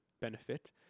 benefit